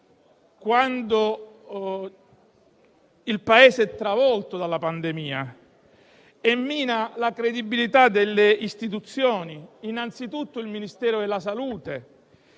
momento in cui è travolto dalla pandemia. E mina la credibilità delle istituzioni, anzitutto del Ministero della salute,